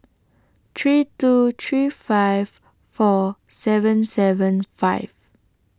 three two three five four seven seven five